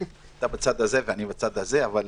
אתה בצד הזה ואני בצד הזה, אבל